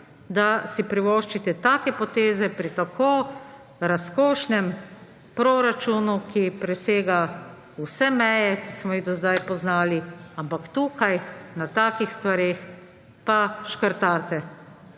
da si privoščite take poteze pri tako razkošnem proračunu, ki presega vse meje, ki smo jih do zdaj poznali, ampak tukaj na takih stvareh pa škrtarite